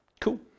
Cool